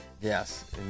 Yes